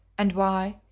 and why?